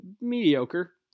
mediocre